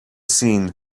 seen